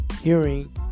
hearing